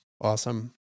awesome